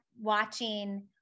watching